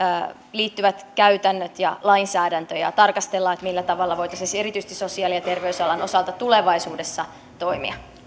liittyvät käytännöt ja lainsäädäntö ja tarkastellaan millä tavalla voitaisiin erityisesti sosiaali ja terveysalan osalta tulevaisuudessa toimia